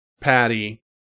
patty